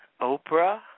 Oprah